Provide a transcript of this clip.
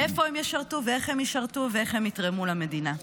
איפה הם ישרתו ואיך הם ישרתו ואיך הם יתרמו למדינה.